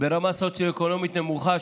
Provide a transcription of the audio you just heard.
ברמה סוציו-אקונומית נמוכה,